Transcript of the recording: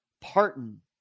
Parton